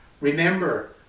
Remember